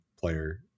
player